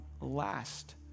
last